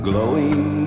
Glowing